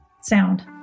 sound